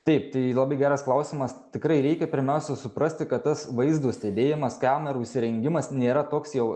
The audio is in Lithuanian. taip tai labai geras klausimas tikrai reikia pirmiausia suprasti kad tas vaizdo stebėjimas kamerų įsirengimas nėra toks jau